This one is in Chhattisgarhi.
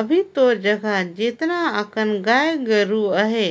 अभी तोर जघा जेतना अकन गाय गोरु अहे